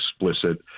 explicit